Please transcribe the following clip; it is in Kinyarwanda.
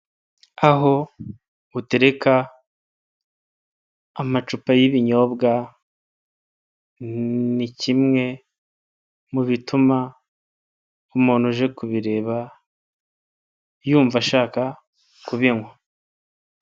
Aho utereka amacupa y'ibinyobwa, ni kimwe mu bituma umuntu uje kubireba yumva ashaka kubinywa.